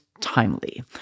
timely